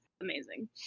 amazing